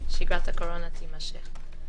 שגרת הקורונה תימשך.